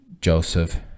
joseph